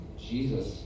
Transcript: Jesus